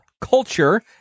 Culture